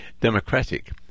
democratic